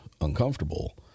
Uncomfortable